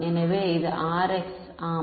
எனவே இது Rx ஆம்